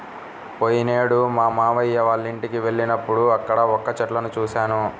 పోయినేడు మా మావయ్య వాళ్ళింటికి వెళ్ళినప్పుడు అక్కడ వక్క చెట్లను చూశాను